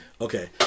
Okay